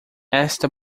esta